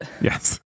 Yes